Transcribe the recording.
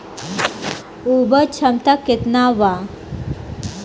उपज क्षमता केतना वा?